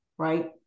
right